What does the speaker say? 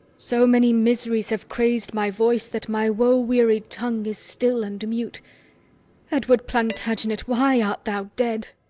so many miseries have craz'd my voice that my woe-wearied tongue is still and mute edward plantagenet, why art thou dead?